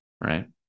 right